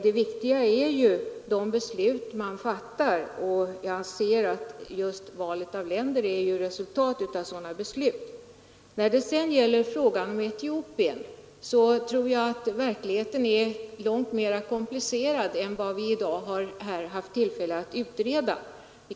Det viktiga är ju de beslut man fattar, och valet av länder är just resultat av sådana beslut. När det sedan gäller frågan om Etiopien tror jag att verkligheten är långt mera komplicerad än vi i dag haft tillfälle att utreda.